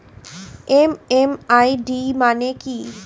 MMID মানে কি?